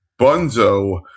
Bunzo